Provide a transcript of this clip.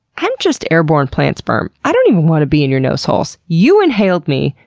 i'm just airborne plant sperm. i don't even want to be in your nose holes. you inhaled me,